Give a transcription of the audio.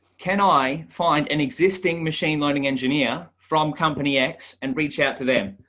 can i find an existing machine learning engineer from company x and reach out to them?